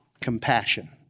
compassion